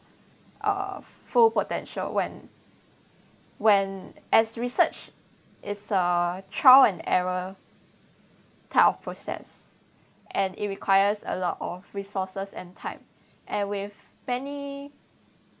uh full potential when when as research is a trial and error type of process and it requires a lot of resources and time and with penny